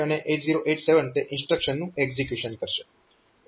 તો 8086 તે ઇન્સ્ટ્રક્શનને છોડી દેશે અને 8087 તે ઇન્સ્ટ્રક્શનનું એક્ઝીક્યુશન કરશે